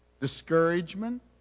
discouragement